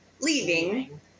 leaving